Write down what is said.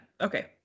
okay